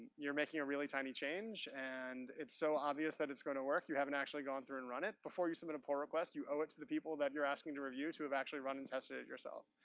you're making a really tiny change and it's so obvious that it's gonna work, you haven't actually gone through and run it. before you submit a pull request, you owe it to the people that you're asking to review to have actually run and tested it yourself.